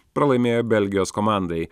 pralaimėjo belgijos komandai